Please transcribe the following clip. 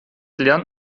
lernt